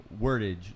wordage